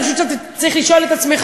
אני חושבת שאתה צריך לשאול את עצמך,